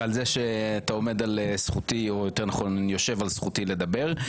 ועל זה שאתה עומד או יותר נכון יושב על זכותי לדבר.